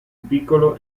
piccolo